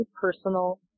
personal